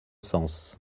sens